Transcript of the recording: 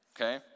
okay